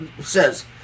says